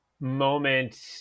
moment